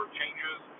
changes